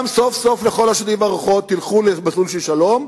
גם סוף-סוף לכל השדים והרוחות תלכו למסלול של שלום,